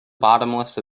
bottomless